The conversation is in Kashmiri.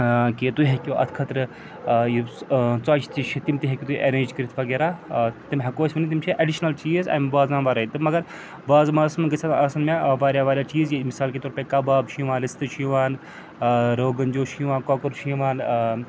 کہِ تُہۍ ہیٚکِو اَتھ خٲطرٕ یُس ژۄچہِ تہِ چھِ تِم تہِ ہیٚکِو تُہۍ اٮ۪رینٛج کٔرِتھ وغیرہ تِم ہٮ۪کو أسۍ ؤنِتھ تِم چھِ اٮ۪ڈِشنَل چیٖز اَمہِ وازوان وَرٲے تہٕ مگر وازوانَس منٛز گژھَن آسٕنۍ مےٚ واریاہ واریاہ چیٖز یے مِثال کے طور پے کَباب چھِ یِوان رِستہٕ چھِ یِوان روغن جوش چھِ یِوان کۄکُر چھُ یِوان